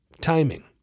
timing